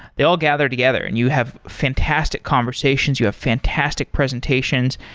they all gather together, and you have fantastic conversations. you have fantastic presentations,